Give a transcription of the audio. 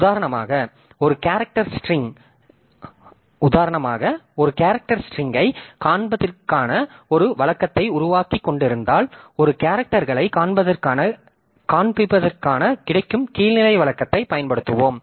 உதாரணமாக ஒரு character string ஐ காண்பிப்பதற்கான ஒரு வழக்கத்தை உருவாக்கிக்கொண்டிருந்தால் ஒரு கேரக்டர்க்களைக் காண்பிப்பதற்குக் கிடைக்கும் கீழ் நிலை வழக்கத்தை பயன்படுத்துவோம்